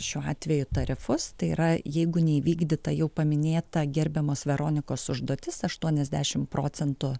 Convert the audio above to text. šiuo atveju tarifus tai yra jeigu neįvykdyta jau paminėta gerbiamos veronikos užduotis aštuoniasdešim procentų